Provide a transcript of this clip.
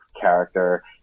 character